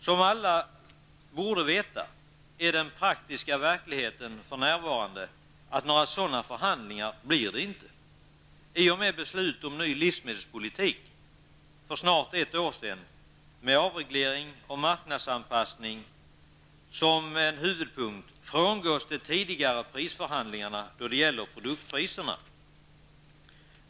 Som alla borde veta är den praktiska verkligheten för närvarande den att några sådana förhandlingar inte blir av. I och med beslut om ny livsmedelspolitik för snart ett år sedan med avreglering och marknadsanpassning som huvudpunkter frångås de tidigare prisförhandlingarna då det gäller produktpriserna.